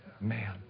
Man